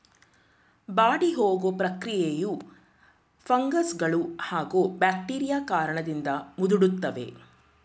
ಬಾಡಿಹೋಗೊ ಪ್ರಕ್ರಿಯೆಯು ಫಂಗಸ್ಗಳೂ ಹಾಗೂ ಬ್ಯಾಕ್ಟೀರಿಯಾ ಕಾರಣದಿಂದ ಮುದುಡ್ತವೆ